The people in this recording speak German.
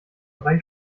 brei